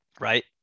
right